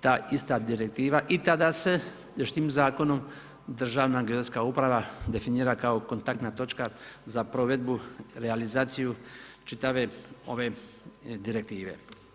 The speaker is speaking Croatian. ta ista direktiva i tada se još tim zakonom Državna geodetska uprava definira kao kontaktna točka za provedbu, realizaciju čitave ove direktive.